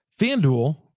FanDuel